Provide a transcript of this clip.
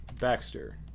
Baxter